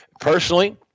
Personally